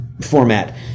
format